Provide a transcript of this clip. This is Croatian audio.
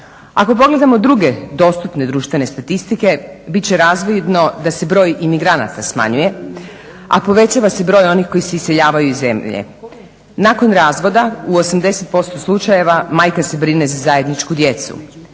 Ako pogledamo druge dostupne društvene statistike bit će razvidno da se broj imigranata smanjuje, a povećava se broj onih koji se iseljavaju iz zemlje. Nakon razvoda u 80% slučajeva majka se brine za zajedničku djecu.